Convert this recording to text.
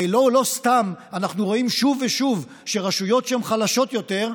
הרי לא סתם אנחנו רואים שוב ושוב שרשויות חלשות יותר,